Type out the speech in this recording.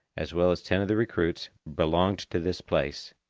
as well as ten of the recruits, belonged to this place,